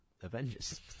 Avengers